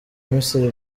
misiri